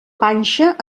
panxa